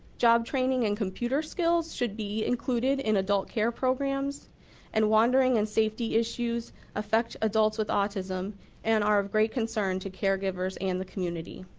job training and computer skills should be included in adult care programs and wandering as safety issues affect adults with autism and are great concern to caregivers and the community.